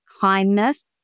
kindness